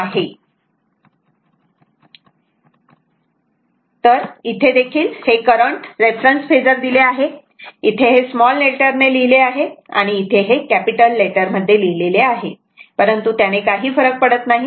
तर ही तीच गोष्ट आहे हे करंट रेफरन्स फेजर दिले आहे इथे हे स्मॉल लेटर ने लिहिले आहे आणि इथे हे कॅपिटल मध्ये लिहिले आहे परंतु त्याने काही फरक पडत नाही